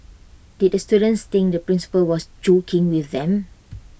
did the students think the principal was joking with them